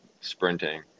sprinting